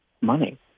money